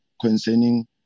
concerning